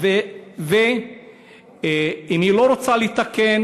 אם היא לא רוצה לתקן,